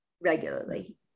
regularly